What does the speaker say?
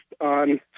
on